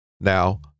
Now